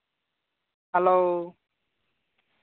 hello